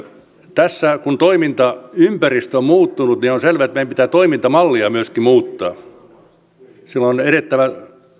tässä kun toimintaympäristö on muuttunut on selvää että meidän pitää toimintamallia myöskin muuttaa silloin on edettävä